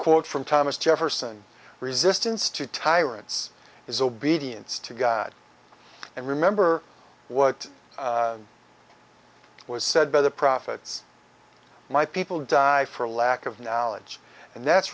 quote from thomas jefferson resistance to tyrants is obedience to god and remember what was said by the prophets my people die for lack of knowledge and that's